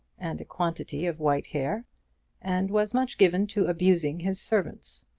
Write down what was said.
and a quantity of white hair and was much given to abusing his servants.